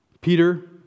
Peter